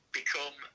become